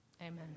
Amen